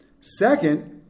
Second